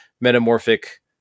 metamorphic